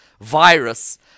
virus